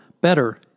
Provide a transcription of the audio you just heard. better